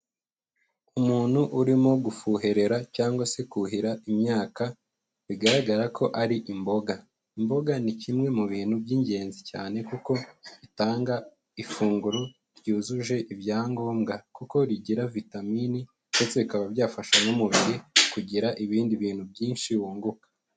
Umuntu urimo gufuherera cyangwa se kuhira imyaka bigaragara ko ari imboga; imboga ni kimwe mu bintu by'ingenzi cyane kuko bitanga ifunguro ryujuje ibyangombwa kuko rigira vitamine ndetse bikaba byafasha n'umubiri kugira ibindi bintu byinshi wunguka.